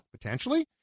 Potentially